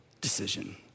decision